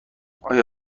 آیا